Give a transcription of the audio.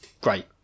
Great